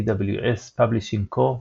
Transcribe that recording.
PWS Publishing Co.,